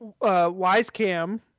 Wisecam